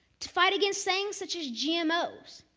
to fight against things such as gmos,